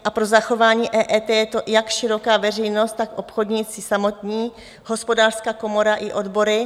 A pro zachování EET je jak široká veřejnost, tak obchodníci samotní, Hospodářská komora i odbory.